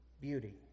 beauty